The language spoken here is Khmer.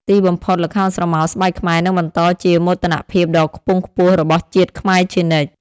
ទីបំផុត ល្ខោនស្រមោលស្បែកខ្មែរនឹងបន្តជាមោទនភាពដ៏ខ្ពង់ខ្ពស់របស់ជាតិខ្មែរជានិច្ច។